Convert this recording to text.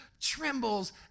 trembles